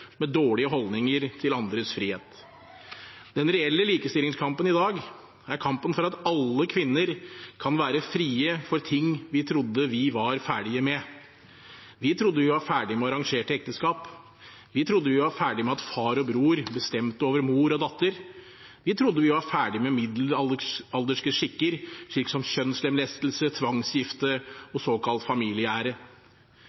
med innvandrere med dårlige holdninger til andres frihet. Den reelle likestillingskampen i dag er kampen for at alle kvinner kan være frie fra ting vi trodde vi var ferdige med. Vi trodde vi var ferdige med arrangerte ekteskap. Vi trodde vi var ferdige med at far og bror bestemte over mor og datter. Vi trodde vi var ferdige med middelalderske skikker, slik som kjønnslemlestelse,